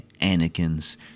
Anakins